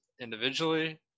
individually